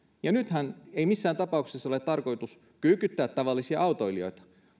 nythän ei missään tapauksessa ole tarkoitus kyykyttää tavallisia autoilijoita